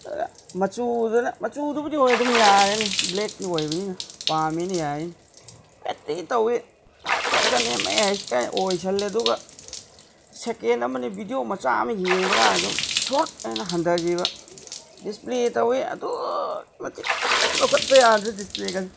ꯑꯗꯨꯗ ꯃꯆꯨꯗꯨꯅ ꯃꯆꯨꯗꯨꯕꯨꯗꯤ ꯍꯣꯏ ꯑꯗꯨꯝ ꯌꯥꯔꯦꯅꯦ ꯕ꯭ꯂꯦꯛ ꯑꯣꯏꯕꯅꯤꯅ ꯄꯥꯝꯃꯦꯅꯦ ꯌꯥꯔꯦꯅꯦ ꯕꯦꯇ꯭ꯔꯤ ꯇꯧꯏ ꯐꯥꯏꯕ ꯊꯥꯎꯖꯟ ꯑꯦꯝ ꯑꯦ ꯍꯩꯁ ꯀꯥꯏꯅ ꯑꯣꯏꯁꯤꯜꯂꯦ ꯑꯗꯨꯒ ꯁꯦꯀꯦꯟ ꯑꯃ ꯑꯅꯤ ꯕꯤꯗꯤꯑꯣ ꯃꯆꯥ ꯑꯃ ꯌꯦꯡꯕ ꯀꯥꯟꯗ ꯑꯗꯨꯝ ꯊꯨꯠ ꯑꯅ ꯍꯟꯊꯈꯤꯕ ꯗꯤꯁꯄ꯭ꯂꯦ ꯇꯧꯏ ꯑꯗꯨꯛꯀꯤ ꯃꯇꯤꯛ ꯀꯩꯝ ꯂꯧꯈꯠꯄ ꯌꯥꯗ꯭ꯔꯦ ꯗꯤꯁꯄ꯭ꯂꯦꯒꯁꯦ